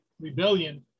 rebellion